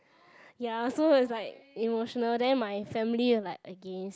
ya so is like emotional then my family was like against